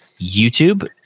YouTube